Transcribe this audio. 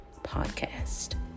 podcast